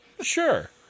Sure